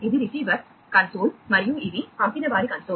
ఇది receiver console మరియు ఇది పంపినవారి కన్సోల్